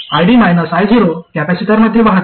ID I0 कॅपेसिटरमध्ये वाहते